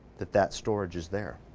that that storage is there.